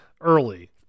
early